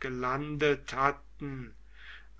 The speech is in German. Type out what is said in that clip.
gelandet hatten